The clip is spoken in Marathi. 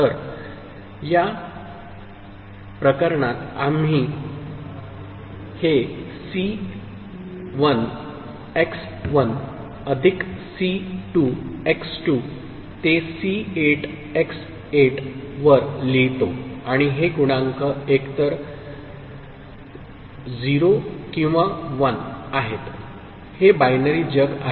तर या प्रकरणात आम्ही हे सी 1 एक्स 1 अधिक सी 2 एक्स 2 ते सी 8 एक्स 8 वर लिहितो आणि हे गुणांक एकतर 0 किंवा 1 आहेत हे बायनरी जग आहे